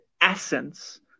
essence